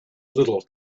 little